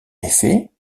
effet